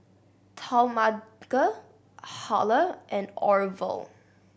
Talmadge Halle and Orvel